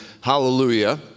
hallelujah